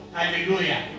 Hallelujah